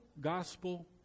gospel